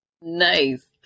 Nice